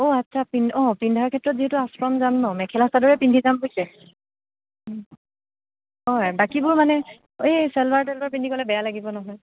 অ আচ্ছা অ পিন্ধাৰ ক্ষেত্ৰত যিহেতু আশ্ৰম যাম ন' মেখেলা চাদৰে পিন্ধি যাম বুইছে ও হয় বাকীবোৰ মান এই চেলোৱাৰ তেলোৱাৰ পিন্ধি গ'লে বেয়া লাগিব নহয়